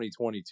2022